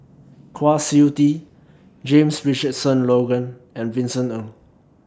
Kwa Siew Tee James Richardson Logan and Vincent Ng